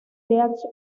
death